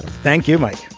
thank you, mike